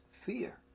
fear